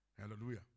Hallelujah